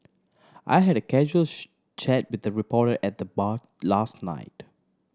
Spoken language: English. I had a casual chat with a reporter at the bar last night